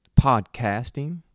podcasting